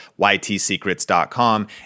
ytsecrets.com